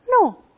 No